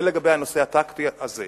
זה לגבי הנושא הטקטי הזה.